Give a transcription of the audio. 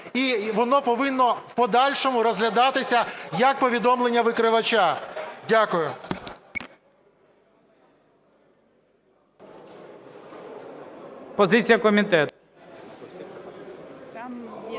і воно повинно в подальшому розглядатися, як повідомлення викривача. Дякую.